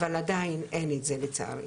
אבל עדיין אין את זה לצערי.